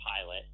pilot